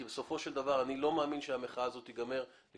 כי בסופו של דבר אני לא מאמין שהמחאה הזאת תסתיים לפני